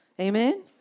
Amen